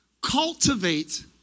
cultivate